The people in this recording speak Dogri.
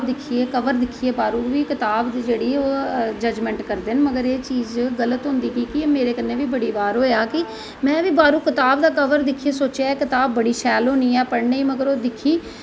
हां में एह् असैसमैंट करनी आं बड़े लोग कताब दिक्खियै कवर दिक्खियै कताब दी जजमैंट करदे न पर एह् चीज़ गल्त होंदी एह् मेरे कन्नैं बी बड़ी बारी होआ कि के में बी बाह्रों कताब दा कवर दिक्खियै सोचेआ कि एह् कताब शैल होनी ऐ पढ़नें गी मगर ओह् दिक्खी